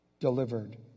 delivered